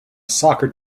soccer